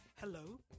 hello